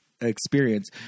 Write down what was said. experience